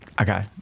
Okay